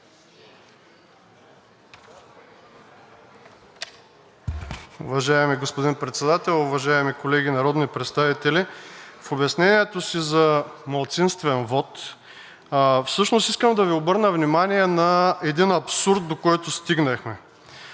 Уважаеми господин Председател, уважаеми колеги народни представители, в обяснението си за малцинствен вот всъщност искам да Ви обърна внимание на един абсурд, до който стигнахме.